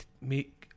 make